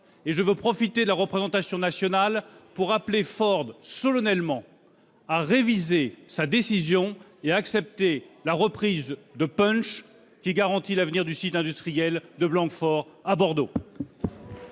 ! Je veux profiter de la représentation nationale pour appeler solennellement Ford à réviser sa décision et à accepter une reprise par Punch, qui garantit l'avenir du site industriel de Blanquefort à Bordeaux.